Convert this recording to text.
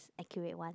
accurate one